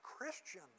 Christian